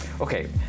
Okay